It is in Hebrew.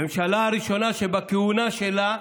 הממשלה הראשונה שבכהונה שלה,